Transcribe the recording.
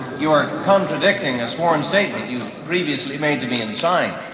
you are contradicting a sworn statement you've previously made to me and signed.